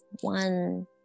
one